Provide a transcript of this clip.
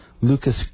Lucas